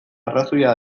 arrazoia